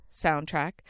soundtrack